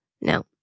No